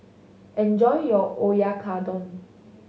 enjoy your Oyakodon